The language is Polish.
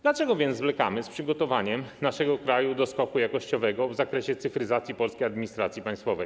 Dlaczego więc zwlekamy z przygotowaniem naszego kraju do skoku jakościowego w zakresie cyfryzacji polskiej administracji państwowej?